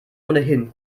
ohnehin